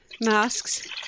masks